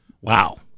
Wow